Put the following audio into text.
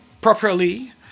properly